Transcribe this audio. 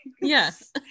yes